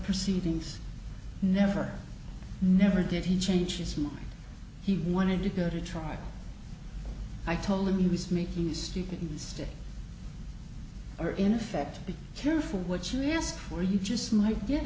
proceedings never never did he change his mind he wanted to go to trial i told him he was making you stupid stick or in effect be careful what you ask for you just might get